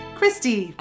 Christy